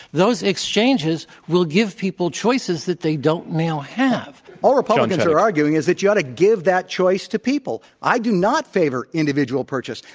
those exchanges will give people choices that they don't now have. all the republicans are arguing is that you ought to give that choice to people. i do not favor individual purchase.